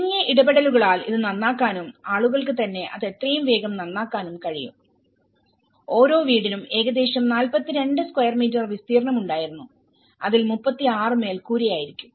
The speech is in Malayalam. ചുരുങ്ങിയ ഇടപെടലുകളാൽ ഇത് നന്നാക്കാനുംആളുകൾക്ക് തന്നെ അത് എത്രയും വേഗം നന്നാക്കാനും കഴിയും ഓരോ വീടിനും ഏകദേശം 42 സ്ക്വയർ മീറ്റർ വിസ്തീർണ്ണം ഉണ്ടായിരുന്നു അതിൽ 36 മേൽക്കൂരയായിരിക്കും